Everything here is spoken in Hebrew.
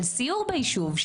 של סיור ביישוב,